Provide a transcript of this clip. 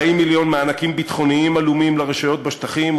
40 מיליון מענקים ביטחוניים עלומים לרשויות בשטחים,